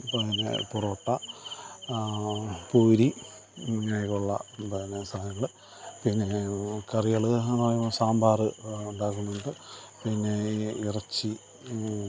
പിന്നെ പൊറോട്ട പൂരി ഇങ്ങനെയൊക്കെയുള്ള പിന്നെ സാധനങ്ങള് പിന്നെ കറികള് സാമ്പാറ് ഉണ്ടാക്കുന്നുണ്ട് പിന്നെ ഇറച്ചി